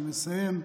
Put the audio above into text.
אני מסיים,